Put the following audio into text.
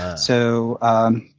so,